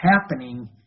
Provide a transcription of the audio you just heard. happening